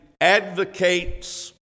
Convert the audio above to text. advocates